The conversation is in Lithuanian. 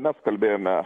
mes kalbėjome